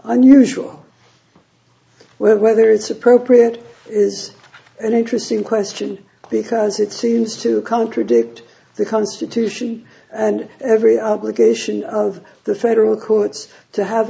where whether it's appropriate is an interesting question because it seems to contradict the constitution and every obligation of the federal courts to have